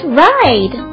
ride